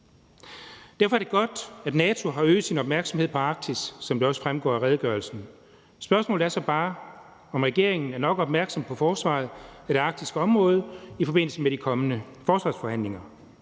Derfor er det godt, at NATO har øget sin opmærksomhed om Arktis, som det også fremgår af redegørelsen. Spørgsmålet er så bare, om regeringen er nok opmærksom på forsvaret af det arktiske område i forbindelse med de kommende forsvarsforhandlinger.